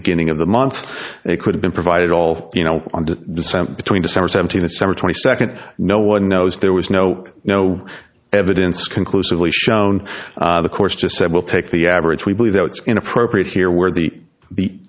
beginning of the month they could have been provided all you know on the descent between december seventeenth summer twenty second no one knows there was no no evidence conclusively shown the course just said we'll take the average we believe that it's inappropriate here where the the